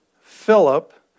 Philip